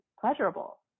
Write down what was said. pleasurable